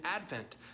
Advent